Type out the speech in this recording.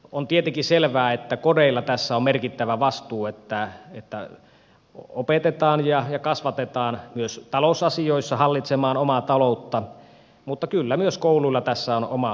on tietenkin selvää että kodeilla tässä on merkittävä vastuu että opetetaan ja kasvatetaan myös talousasioissa hallitsemaan omaa taloutta mutta kyllä myös kouluilla tässä on oma tehtävänsä